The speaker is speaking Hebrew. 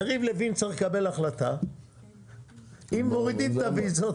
יריב לוין צריך לקבל החלטה אם מורידים את הוויזות.